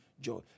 joy